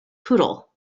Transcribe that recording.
poodle